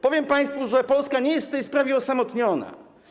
Powiem państwu, że Polska nie jest w tej sprawie osamotniona.